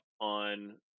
on